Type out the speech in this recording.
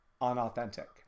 unauthentic